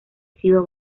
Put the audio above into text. sido